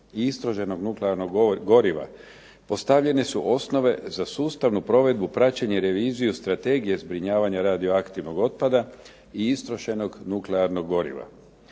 i istrošenog nuklearnog goriva postavljene su osnove za sustavnu provedbu, praćenje i reviziju strategije zbrinjavanja radioaktivnog otpada i istrošenog nuklearnog goriva.